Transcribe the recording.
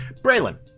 Braylon